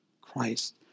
Christ